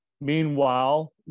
Meanwhile